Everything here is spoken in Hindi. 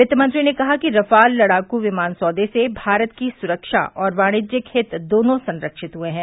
वित्तमंत्री ने कहा कि राफाल लड़ाकू विमान सौदे से भारत की सुरक्षा और वाणिज्यिक हित दोनों संरक्षित हुए हैं